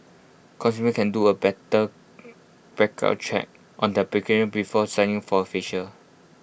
consumers can do A better background check on their before signing for A facial